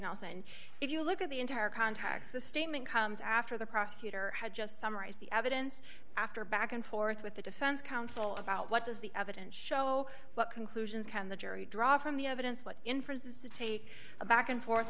nelson if you look at the entire contacts the statement comes after the prosecutor had just summarize the evidence after back and forth with the defense counsel about what does the evidence show what conclusions can the jury draw from the evidence what inferences to take a back and forth